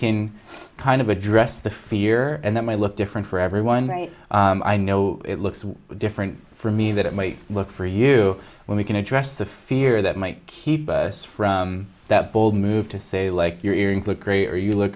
can kind of address the fear and that might look different for everyone right i know it looks different for me that it might look for you when we can address the fear that might keep us from that bold move to say like your earrings lucre or you look